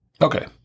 Okay